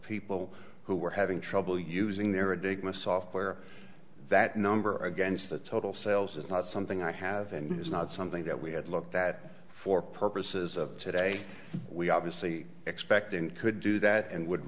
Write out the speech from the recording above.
people who were having trouble using their ridiculous software that number against a total sales is not something i have and it's not something that we had looked at for purposes of today we obviously expect and could do that and would